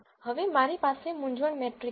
હવે મારી પાસે મૂંઝવણ મેટ્રિક્સ છે